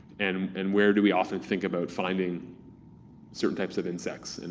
and um and where do we often think about finding certain types of insects? and